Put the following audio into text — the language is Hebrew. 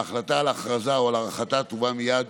ההחלטה על הכרזה או על הארכתה תובא מייד